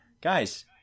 Guys